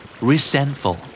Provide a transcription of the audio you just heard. Resentful